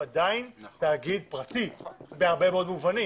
הוא עדיין תאגיד פרטי בהרבה מאוד מובנים.